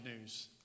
news